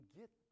get